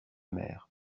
mer